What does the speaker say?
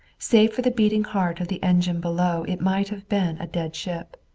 save for the beating heart of the engine below it might have been a dead ship.